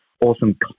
awesome